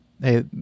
Hey